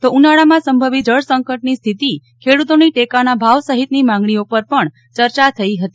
તો ઉનાળામાં સંભવિત જળસંકટની સ્થિતિ ખેડૂતોની ટેકાના ભાવ સહિતની માગજીઓ પર પજ્ઞ ચર્ચા થઈ હતી